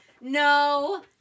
No